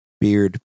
beard